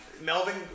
Melvin